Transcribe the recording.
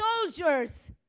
soldiers